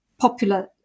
popular